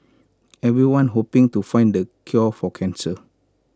everyone's hoping to find the cure for cancer